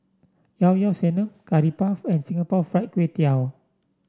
Llao Llao Sanum Curry Puff and Singapore Fried Kway Tiao